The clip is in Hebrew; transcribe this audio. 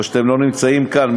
או שאתם לא נמצאים כאן,